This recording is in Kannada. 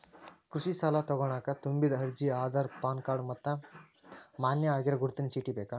ಕೃಷಿ ಸಾಲಾ ತೊಗೋಣಕ ತುಂಬಿದ ಅರ್ಜಿ ಆಧಾರ್ ಪಾನ್ ಕಾರ್ಡ್ ಮತ್ತ ಮಾನ್ಯ ಆಗಿರೋ ಗುರುತಿನ ಚೇಟಿ ಬೇಕ